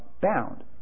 bound